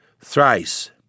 thrice